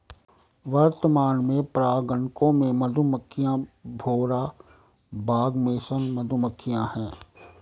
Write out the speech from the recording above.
वर्तमान में परागणकों में मधुमक्खियां, भौरा, बाग मेसन मधुमक्खियाँ है